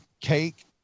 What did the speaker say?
cake